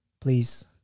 Please